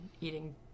eating